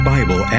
Bible